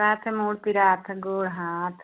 साथ में मूड पीरात है गोड़ हाथ